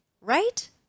Right